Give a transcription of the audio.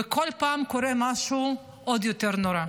וכל פעם קורה משהו עוד יותר נורא.